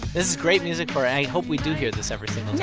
is great music for i hope we do hear this every single yeah